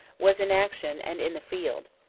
was in action and in the field.